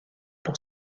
pour